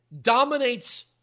dominates